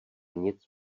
nic